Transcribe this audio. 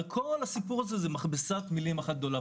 כל הסיפור הזה זה מכבסת מילים אחת גדולה.